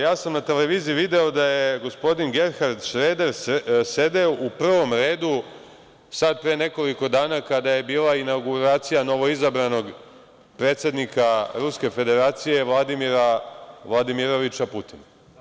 Ja sam na televiziji video da je gospodin Gerhard Šreder sedeo u prvom redu sad pre nekoliko dana kada je bila inauguracija novoizbranog predsednika Ruske Federacije, Vladimira Vladimiroviča Putina.